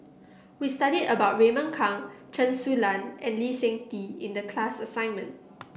we study about Raymond Kang Chen Su Lan and Lee Seng Tee in the class assignment